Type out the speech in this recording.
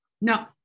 No